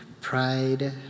pride